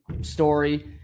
story